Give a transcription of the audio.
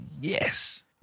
yes